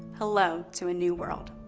hello to a new world.